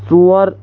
ژور